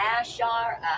Ashar